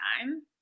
time